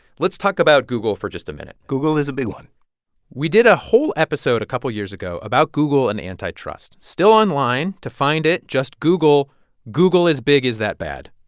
let's talk about google for just a minute google is a big one we did a whole episode a couple years ago about google and antitrust still online. to find it, just google google is big. is that bad?